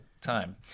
time